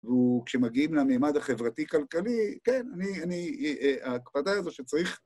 וכשמגיעים לממד החברתי-כלכלי, כן, אני... ההקפדה הזו שצריך...